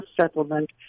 settlement